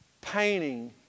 painting